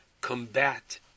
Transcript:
combat